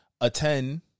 attend